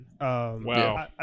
Wow